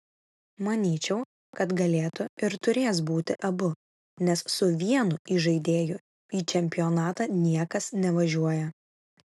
manyčiau kad galėtų ir turės būti abu nes su vienu įžaidėju į čempionatą niekas nevažiuoja